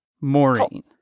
Maureen